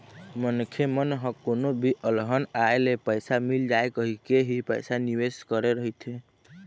मनखे मन ह कोनो भी अलहन आए ले पइसा मिल जाए कहिके ही पइसा निवेस करे रहिथे